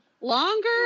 longer